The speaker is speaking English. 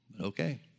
Okay